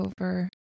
over